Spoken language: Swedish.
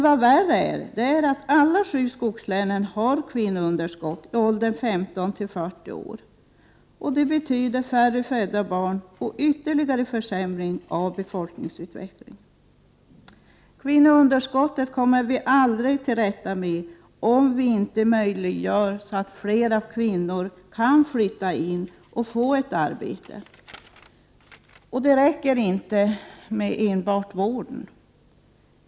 Vad värre är att alla sju skogslänen har kvinnounderskott i åldrarna 15-40 år, vilket betyder färre födda barn och yttterligare försämring av befolkningsutvecklingen. Kvinnounderskottet kommer vi aldrig till rätta med, om vi inte gör det möjligt för flera kvinnor att flytta in och få ett arbete. Det räcker inte enbart med vården.